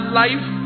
life